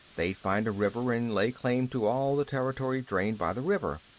they'd find a river and lay claim to all the territory drained by the river.